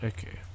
Okay